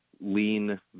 lean